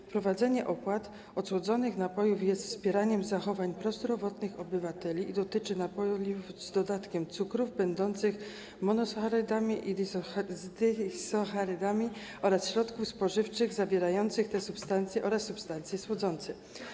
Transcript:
Wprowadzenie opłat od słodzonych napojów jest wspieraniem prozdrowotnych zachowań obywateli i dotyczy napojów z dodatkiem cukrów będących monosacharydami lub disacharydami oraz środków spożywczych zawierających te substancje oraz substancje słodzące.